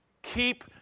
Keep